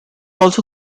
also